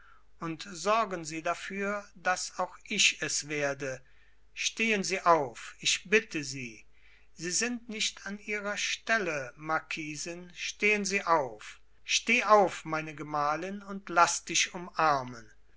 und sorgen sie dafür daß auch ich es werde stehen sie auf ich bitte sie sie sind nicht an ihrer stelle marquisin stehen sie auf steh auf meine gemahlin und laß dich umarmen